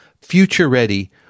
future-ready